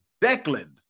Declan